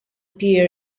pier